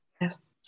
Yes